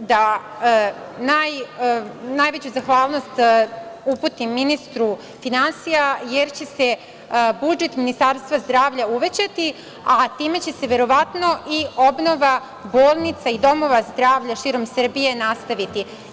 da najveću zahvalnost uputim ministru finansija, jer će se budžet ministarstva zdravlja uvećati, a time će se verovatno i obnova bolnica i domova zdravlja širom Srbije nastaviti.